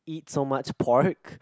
eat so much pork